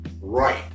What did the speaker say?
right